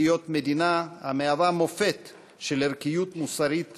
להיות מדינה המהווה מופת של ערכיות מוסרית